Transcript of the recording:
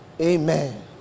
Amen